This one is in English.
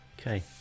Okay